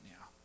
now